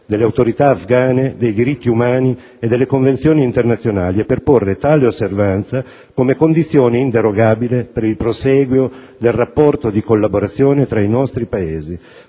delle autorità afghane, dei diritti umani e delle convenzioni internazionali e per porre tale osservanza come condizione inderogabile per il prosieguo del rapporto di collaborazione tra i nostri Paesi;